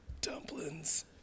Dumplings